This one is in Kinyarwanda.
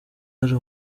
hari